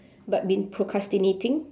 but been procrastinating